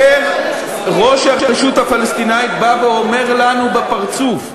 כאשר ראש הרשות הפלסטינית בא ואומר לנו בפרצוף,